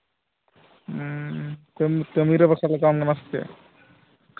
ᱦᱮᱸ ᱠᱟᱹᱢᱤᱨᱮ ᱥᱮ ᱪᱮᱫ